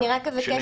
אני רק אבקש,